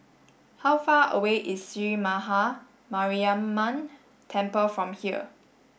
how far away is Sree Maha Mariamman Temple from here